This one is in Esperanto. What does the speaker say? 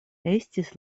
estis